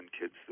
kids